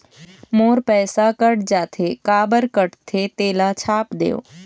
मोर पैसा कट जाथे काबर कटथे तेला छाप देव?